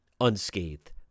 unscathed